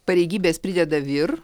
pareigybės prideda vyr